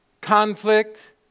conflict